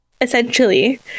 essentially